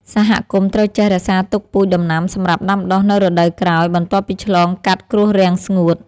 សហគមន៍ត្រូវចេះរក្សាទុកពូជដំណាំសម្រាប់ដាំដុះនៅរដូវក្រោយ បន្ទាប់ពីឆ្លងកាត់គ្រោះរាំងស្ងួត។